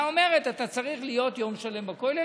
אומרת אתה צריך להיות יום שלם בכולל,